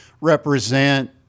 represent